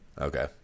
Okay